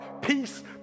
peace